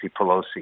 Pelosi